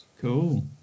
cool